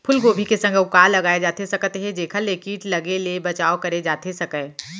फूलगोभी के संग अऊ का लगाए जाथे सकत हे जेखर ले किट लगे ले बचाव करे जाथे सकय?